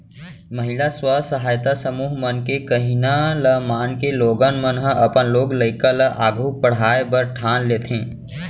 महिला स्व सहायता समूह मन के कहिना ल मानके लोगन मन ह अपन लोग लइका ल आघू पढ़ाय बर ठान लेथें